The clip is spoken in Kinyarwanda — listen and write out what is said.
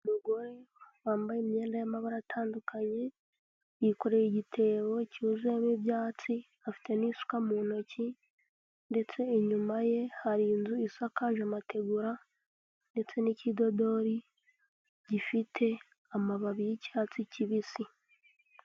Umugore wambaye imyenda y'amabara atandukanye, yikoreye igitebo cyuzuyemo ibyatsi afite n'isuka mu ntoki ndetse inyuma ye hari inzu isakaje amategura ndetse n'ikidodori gifite amababi yicyatsi kibisi.